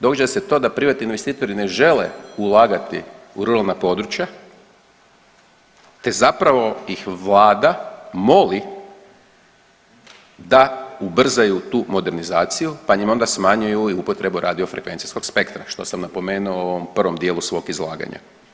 Događa se to da privatni investitori ne žele ulagati u ruralna područja te zapravo iz vlada moli da ubrzaju tu modernizaciju pa im onda smanjuju i upotrebu radiofrekvencijskog spektra što sam napomenuo u ovom prvom dijelu svog izlaganja.